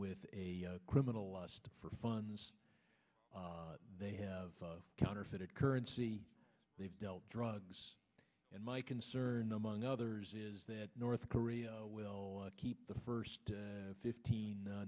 with a criminal lost for funds they have counterfeit currency they've dealt drugs and my concern among others is that north korea will keep the first fifteen